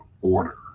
Order